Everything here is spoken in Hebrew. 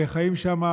הם חיים שם,